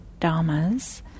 Dhammas